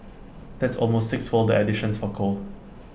that's almost sixfold the additions for coal